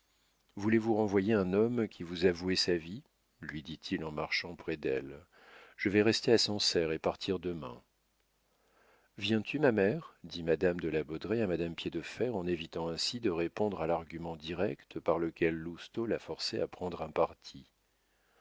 voulez-vous renvoyer un homme qui vous a voué sa vie lui dit-il en marchant près d'elle je vais rester à sancerre et partir demain viens-tu ma mère dit madame de la baudraye à madame piédefer en évitant ainsi de répondre à l'argument direct par lequel lousteau la forçait à prendre un parti